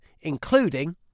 including